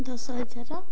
ଦଶ ହଜାର